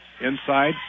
Inside